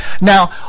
now